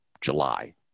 July